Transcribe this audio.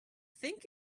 think